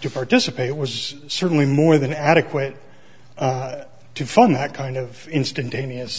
to participate it was certainly more than adequate to fund that kind of instantaneous